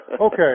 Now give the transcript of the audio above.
Okay